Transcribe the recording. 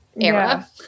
era